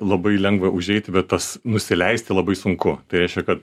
labai lengva užeiti bet tas nusileisti labai sunku tai reiškia kad